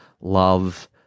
love